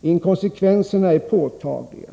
Inkonsekvenserna är påtagliga.